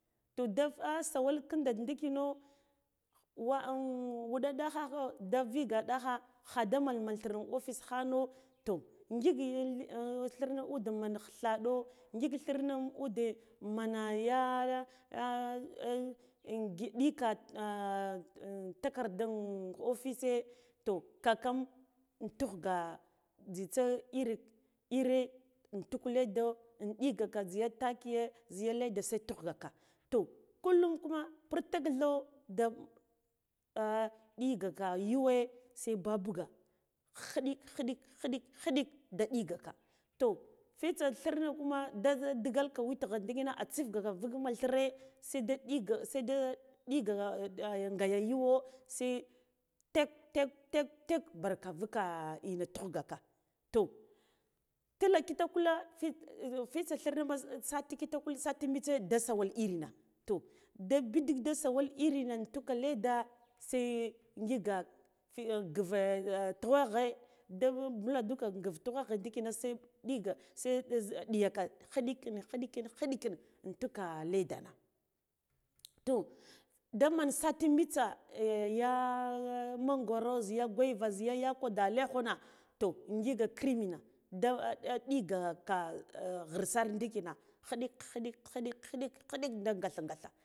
Toh da sawal khinɗa ndikino a wuɗa da kha kho da viga dakha kha danan man thire office khana to ngik ya thirna udeh amen thuɗo ngik thirne ude mana ya ngi ngiɗika takarda offices toh kakan intughga jzitsa iri ire intuk ledo nɗikaka zhiya takiya zhiya ya lada se tughaka toh kullum kuma putakɗho ga nɗigaka yuwe se babuga khidila khiɗik khiɗik khiɗik ɗigaka to fitsa thirne kuma da digalka witgha nɗikina atsifgaka vuk man thire se da ɗiga seda ɗiga gaya yuwo se tekw tekw tekw tekw barka nuka ina tugh gaka toh tila kitakula fi fitsa thirma sa sati kitakul sati mitsa da sawal irina toh da bidig da sawal irina intuk leda se ngige fi nghive tuwagha da bu buladu ka ngiv tuwa gha ndikina se ɗiga se se ɗiya ka khiɗi kina khiɗi kina khiɗi kin untuka ledana toh daman sati mitsa ya mangoro zhiya guava zhiya yakuwa da alekhona toh ngik krimi na da ndikaga ghirsar ndikina khiɗik khiɗik khiɗik khiɗik khiɗik da gatha gatha